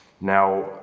now